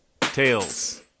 Tails